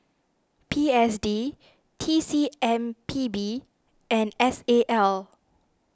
P S D T C M P B and S A L